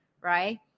right